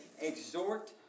exhort